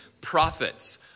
prophets